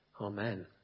Amen